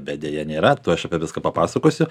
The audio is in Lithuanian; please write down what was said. bet deja nėra tuoj aš apie viską papasakosiu